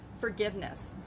forgiveness